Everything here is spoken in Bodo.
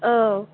औ